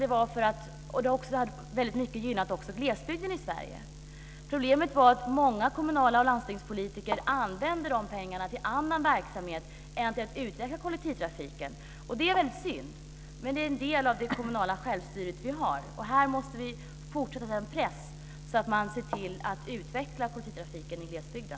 Det har också gynnat glesbygden i Sverige. Problemet var att många kommun och landstingspolitiker använde de pengarna till annan verksamhet än till att utveckla kollektivtrafiken. Och det är synd. Men det är en del av det kommunala självstyre vi har. Här måste vi fortsätta sätta press så att man ser till att utveckla kollektivtrafiken i glesbygden.